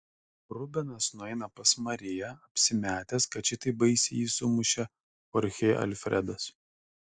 rubenas nueina pas mariją apsimetęs kad šitaip baisiai jį sumušė chorchė alfredas